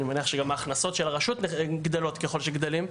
אני מניח שגם ההכנסות של הרשות גדלות ככל שגדלים,